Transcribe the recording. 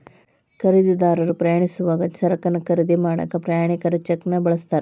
ಖರೇದಿದಾರರು ಪ್ರಯಾಣಿಸೋವಾಗ ಸರಕನ್ನ ಖರೇದಿ ಮಾಡಾಕ ಪ್ರಯಾಣಿಕರ ಚೆಕ್ನ ಬಳಸ್ತಾರ